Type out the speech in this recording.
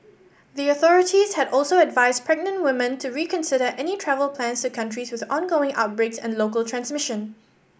the authorities had also advised pregnant women to reconsider any travel plans to countries with ongoing outbreaks and local transmission